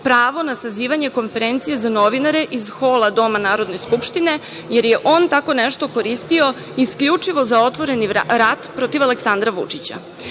pravo na sazivanje konferencije za novinare iz hola doma Narodne skupštine, jer je on tako nešto koristio isključivo za otvoreni rat protiv Aleksandra Vučića.